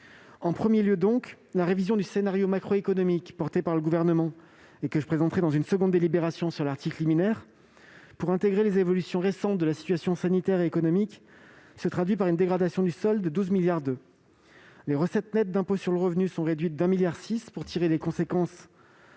En premier lieu donc, la révision du scénario macroéconomique portée par le Gouvernement, et que je présenterai dans une seconde délibération sur l'article liminaire, pour intégrer les évolutions récentes de la situation sanitaire et économique, se traduit par une dégradation du solde de 12,2 milliards d'euros. Les recettes nettes d'impôts sur le revenu sont réduites de 1,6 milliard pour tirer les conséquences